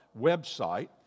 website